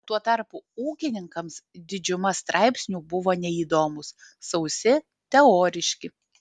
tuo tarpu ūkininkams didžiuma straipsnių buvo neįdomūs sausi teoriški